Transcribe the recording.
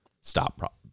stop